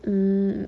mmhmm